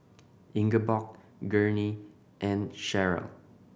Ingeborg Gurney and Cheryll